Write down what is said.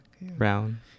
brown